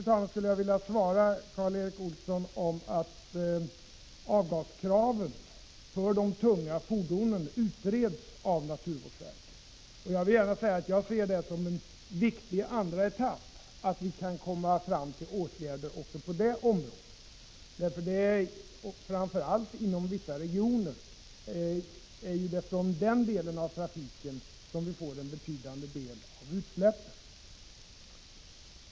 Jag skulle också vilja svara Karl Erik Olsson att avgaskraven för de tunga fordonen utreds av naturvårdsverket. Jag vill gärna säga att jag ser det som en viktig andra etapp, att vi kan komma fram till åtgärder även på det området. Framför allt inom vissa regioner är det från den delen av trafiken vi får en betydande del av utsläppen.